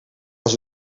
was